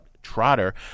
trotter